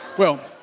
well,